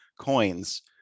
coins